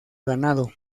ganado